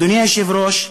אדוני היושב-ראש,